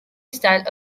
style